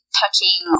touching